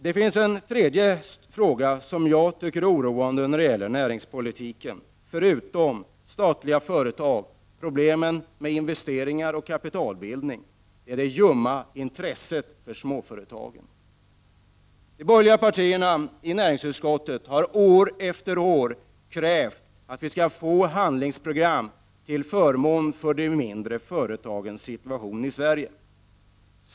Det finns, förutom de statliga företagen och problemen med investeringar och kapital, en tredje sak som jag tycker är oroande i näringspolitiken. Det är det ljumma intresset för småföretagen. De borgerliga partierna i näringsutskottet har år efter år krävt ett handlingsprogram för att hjälpa upp de mindre företagens situation.